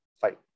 fight